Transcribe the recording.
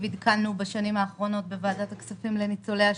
עדכנו בשנים האחרונות בוועדת הכספים לניצולי השואה?